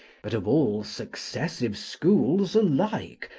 but of all successive schools alike,